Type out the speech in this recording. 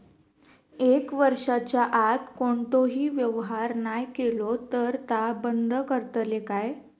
एक वर्षाच्या आत कोणतोही व्यवहार नाय केलो तर ता बंद करतले काय?